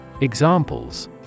Examples